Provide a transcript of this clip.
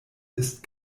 ist